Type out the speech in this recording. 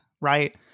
right